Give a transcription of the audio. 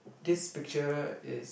this picture is